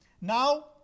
now